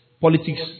politics